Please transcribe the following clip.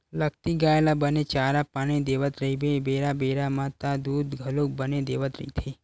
लगती गाय ल बने चारा पानी देवत रहिबे बेरा बेरा म त दूद घलोक बने देवत रहिथे